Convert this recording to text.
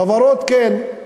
חברות כן.